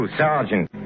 sergeant